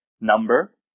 number